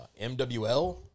MWL